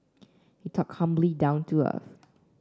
he talked humbly down to earth